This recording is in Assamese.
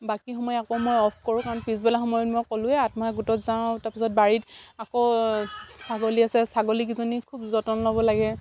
বাকী সময় আকৌ মই অফ কৰোঁ কাৰণ পিছবেলা সময়ত মই ক'লোৱে আত্মসহায়ক গোটত যাওঁ তাৰপিছত বাৰীত আকৌ ছাগলী আছে ছাগলীকেইজনী খুব যতন ল'ব লাগে